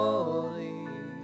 Holy